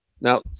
Now